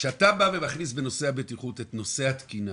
כשאתה בא ומכניס בנושא הבטיחות את נושא התקינה,